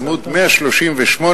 עמ' 138,